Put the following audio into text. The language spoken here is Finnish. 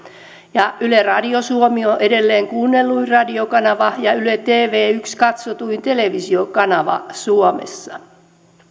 yle radio suomi on on edelleen kuunnelluin radiokanava ja yle tv yhden katsotuin televisiokanava suomessa